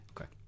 Okay